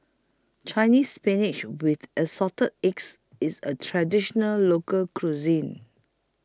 Chinese Spinach with Assorted Eggs IS A Traditional Local Cuisine